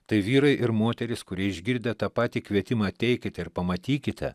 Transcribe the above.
tai vyrai ir moterys kurie išgirdę tą patį kvietimą ateikite ir pamatykite